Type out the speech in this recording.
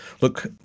look